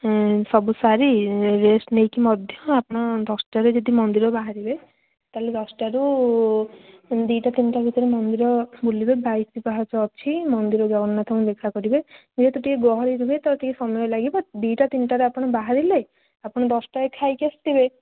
ସବୁ ସାରି ରେଷ୍ଟ ନେଇକି ମଧ୍ୟ ଆପଣ ଦଶଟାରେ ଯଦି ମନ୍ଦିର ବାହାରିବେ ତା'ହେଲେ ଦଶଟାରୁ ଦୁଇଟା ତିନିଟା ଭିତରେ ମନ୍ଦିର ବୁଲିବେ ବାଇଶ ପାହାଚ ଅଛି ମନ୍ଦିର ଜଗନ୍ନାଥଙ୍କୁ ଦେଖା କରିବେ ଯେହେତୁ ଟିକେ ଗହଳି ରୁହେ ତ ସମୟ ଲାଗିବ ଦୁଇଟା ତିନିଟାରେ ଆପଣ ବାହାରିଲେ ଆପଣ ଦଶଟାରେ ଖାଇକି ଆସିଥିବେ